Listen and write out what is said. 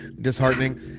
disheartening